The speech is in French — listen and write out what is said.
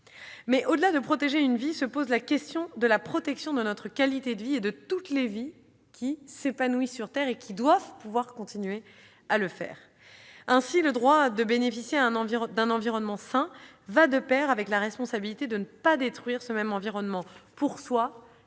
question de la protection d'une vie qui se pose, mais celle de la protection de notre qualité de vie et de toutes les vies qui s'épanouissent sur Terre et doivent pouvoir continuer à le faire. Ainsi le droit de bénéficier d'un environnement sain va-t-il de pair avec la responsabilité de ne pas détruire ce même environnement, pour soi